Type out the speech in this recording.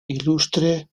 ilustre